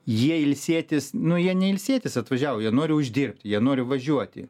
jie ilsėtis nu jie ne ilsėtis atvažiavo jie nori uždirbt jie nori važiuoti